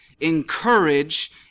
encourage